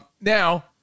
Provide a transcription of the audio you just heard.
now